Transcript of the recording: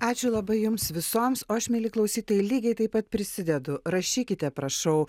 ačiū labai jums visoms o aš mieli klausytojai lygiai taip pat prisidedu rašykite prašau